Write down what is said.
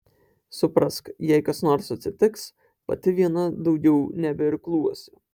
suprask jei kas nors atsitiks pati viena daugiau nebeirkluosi